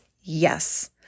Yes